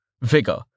vigor